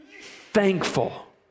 thankful